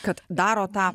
kad daro tą